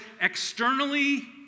externally